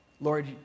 Lord